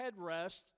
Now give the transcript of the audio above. headrest